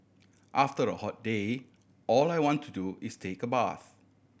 after a hot day all I want to do is take a bath